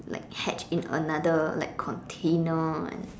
like hatch in another like container and